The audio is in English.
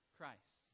Christ